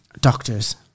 Doctors